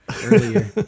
Earlier